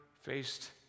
faced